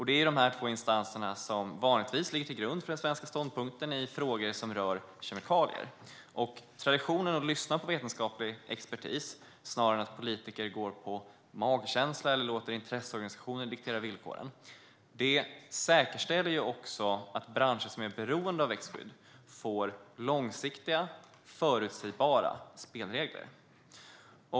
Det är dessa två instanser som vanligtvis ligger till grund för den svenska ståndpunkten i frågor som rör kemikalier. Traditionen att lyssna på vetenskaplig expertis snarare än att politiker går på magkänsla eller låter intresseorganisationer diktera villkoren säkerställer att branscher som är beroende av växtskydd får långsiktiga, förutsägbara spelregler.